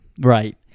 right